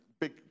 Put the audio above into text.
big